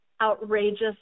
outrageous